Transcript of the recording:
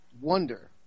wonder